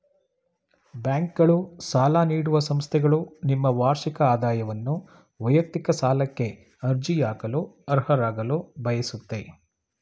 ಬ್ಯಾಂಕ್ಗಳು ಸಾಲ ನೀಡುವ ಸಂಸ್ಥೆಗಳು ನಿಮ್ಮ ವಾರ್ಷಿಕ ಆದಾಯವನ್ನು ವೈಯಕ್ತಿಕ ಸಾಲಕ್ಕೆ ಅರ್ಜಿ ಹಾಕಲು ಅರ್ಹರಾಗಲು ಬಯಸುತ್ತೆ